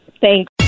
Thanks